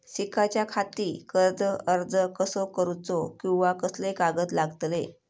शिकाच्याखाती कर्ज अर्ज कसो करुचो कीवा कसले कागद लागतले?